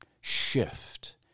shift